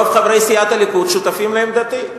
רוב חברי סיעת הליכוד שותפים לעמדתי.